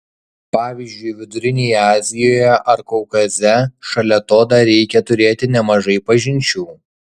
pavyzdžiui vidurinėje azijoje ar kaukaze šalia to dar reikia turėti nemažai pažinčių